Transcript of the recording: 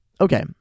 okay